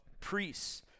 priests